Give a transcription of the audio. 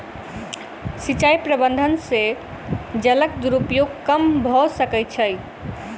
सिचाई प्रबंधन से जलक दुरूपयोग कम भअ सकै छै